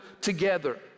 together